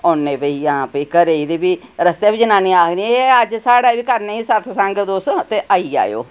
औन्नें फ्ही आं भई घरा गी फ्ही रस्तै बी जनानियां आखदियां एह् अज्ज साढ़ै बी करनी सतसंग तुस ते आई जाएओ